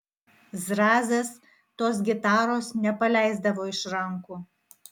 zrazas tos gitaros nepaleisdavo iš rankų